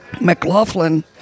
McLaughlin